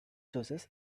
sources